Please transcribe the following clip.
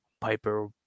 Piper